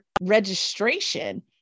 registration